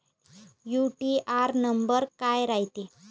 UTR number काय रायते?